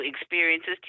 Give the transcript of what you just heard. experiences